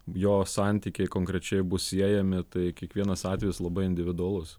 jo santykiai konkrečiai bus siejami tai kiekvienas atvejis labai individualus